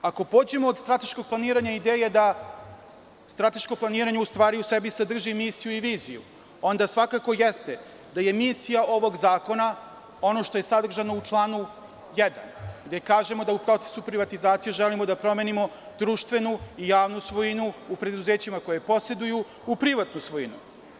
Ako pođemo od strateškog planiranja i ideje da strateško planiranje u sebi sadrži misiju i viziju, onda svakako da je misija ovog zakona ono što je sadržano u članu 1. gde kažemo da u procesu privatizacije želimo da promenimo društvenu i javnu svojinu u preduzećima koja poseduju, u privatnu svojinu.